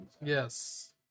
Yes